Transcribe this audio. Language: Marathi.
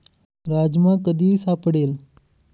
राजमा कधीही सापडेल